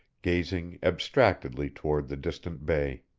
gazing abstractedly toward the distant bay.